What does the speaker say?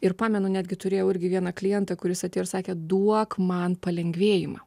ir pamenu netgi turėjau irgi vieną klientą kuris ir sakė duok man palengvėjimą